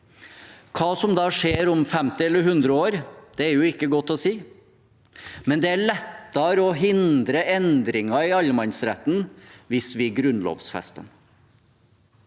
Hva som skjer om 50 år eller om 100 år, er jo ikke godt å si, men det er lettere å hindre endringer i allemannsretten hvis vi grunnlovfester